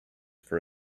for